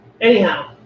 anyhow